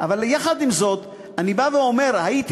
אבל יחד עם זאת אני בא ואומר: הייתי